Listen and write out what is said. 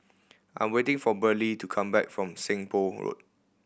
I am waiting for Burley to come back from Seng Poh Road